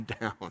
down